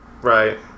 Right